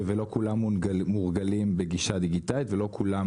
ולא כולם מורגלים בגישה דיגיטלית ולא כולם